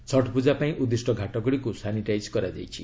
ଛଟ୍ ପୂଜା ପାଇଁ ଉଦ୍ଦିଷ୍ଟ ଘାଟଗୁଡ଼ିକୁ ସାନିଟାଇଜ୍ କରାଯାଇଛି